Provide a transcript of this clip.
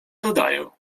zadaję